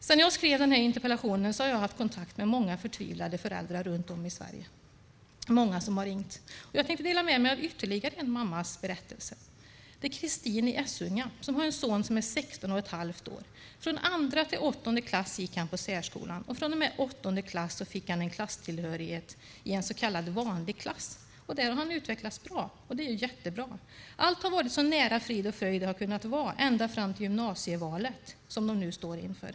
Sedan jag skrev interpellationen har jag haft kontakt med många förtvivlade föräldrar runt om i Sverige. Många har ringt, och jag tänkte därför dela med mig av ytterligare en mammas berättelse. Det är Kristin i Essunga som har en son som är 16 1⁄2 år. Från andra till åttonde klass gick han i särskola, och från och med åttonde klass fick han en klasstillhörighet i en så kallad vanlig klass. Där har han utvecklats bra, och det är jättebra. Allt har varit så nära frid och fröjd det varit möjligt - ända fram till gymnasievalet som de nu står inför.